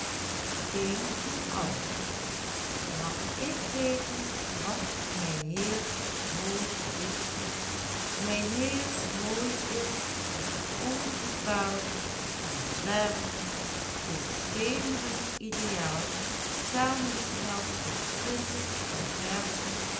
mooi is mijnheers mooi is een onbepaald een zwervend een schemerend ideaal saamgesteld uit